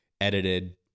edited